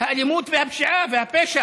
האלימות, הפשיעה והפשע.